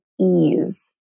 ease